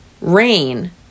Rain